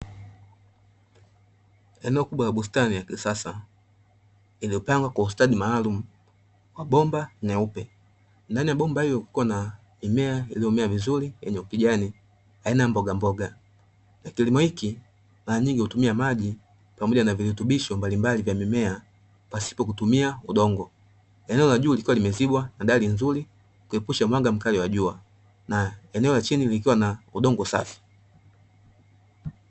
Eneo kubwa la bustani ya kisasa iliyopangwa kwa ustadi maalumu kwa bomba nyeupe, ndani ya bomba hilo kuko na mimea iliyomea vizuri yenye ukijani aina ya mbogamboga, kilimo hiki mara nyingi hutumia maji pamoja na virutubisho mbalimbali vya mimea pasipo kutumia udongo. Eneo la juu likiwa limezibwa na dari nzuri, kuepusha mwanga mkali wa jua na eneo la chini likiwa na udongo safi.